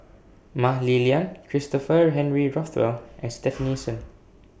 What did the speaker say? Mah Li Lian Christopher Henry Rothwell and Stefanie Sun